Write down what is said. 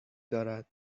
دارد